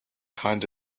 kind